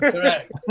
Correct